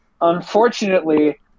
unfortunately